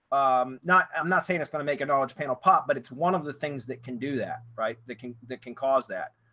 i'm not i'm not saying it's going to make a knowledge panel pop, but it's one of the things that can do that, right, that can that can cause that.